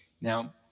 Now